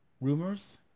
Rumors